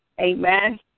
amen